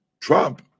Trump